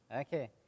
Okay